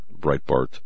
breitbart